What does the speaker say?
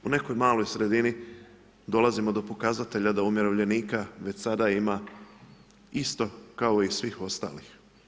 U nekoj maloj sredini dolazimo do pokazatelja da umirovljenika već sada ima isto kao i svih ostalih.